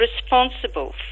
responsible